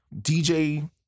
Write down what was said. DJ